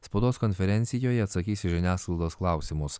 spaudos konferencijoje atsakys į žiniasklaidos klausimus